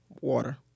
Water